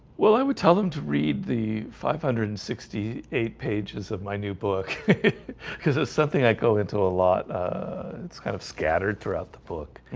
well, i would tell them to read the five hundred and sixty eight pages of my new book because it's something i go into a lot it's kind of scattered throughout the book.